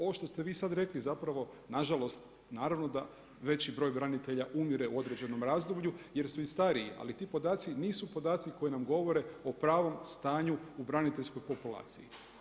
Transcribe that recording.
Ovo što ste vi sada rekli zapravo, nažalost, naravno da veći broj branitelja umire u određenom razdoblju jer su i stariji ali ti podaci nisu podaci koji nam govore o pravom stanju u braniteljskoj populaciji.